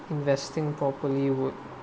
investing properly would